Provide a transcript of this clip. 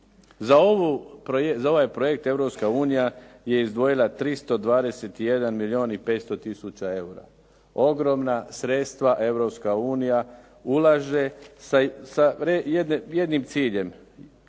Za ovaj projekt Europska unija je izdvojila 321 milijon i 500 tisuća eura. Ogromna sredstva Europska unija ulaže sa jednim ciljem,